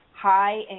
high